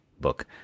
book